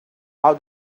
how